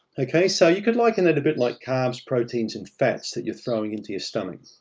okay, so you could liken it a bit like carbs, proteins, and fats that you're throwing into your stomach,